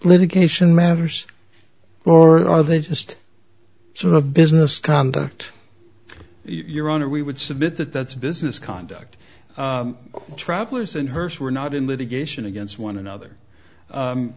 litigation matters or are they just sort of business conduct your honor we would submit that that's a business conduct travelers and hers were not in litigation against one another